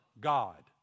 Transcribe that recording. God